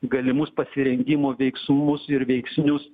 galimus pasirengimo veiksmus ir veiksnius